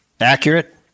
accurate